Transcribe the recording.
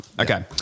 Okay